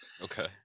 okay